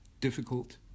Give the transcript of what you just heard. difficult